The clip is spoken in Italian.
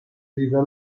rivelò